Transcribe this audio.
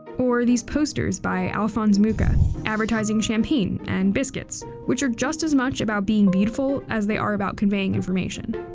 or these posters by alphonse mucha advertising champagne and biscuits which are just as much about being beautiful as they are about conveying information.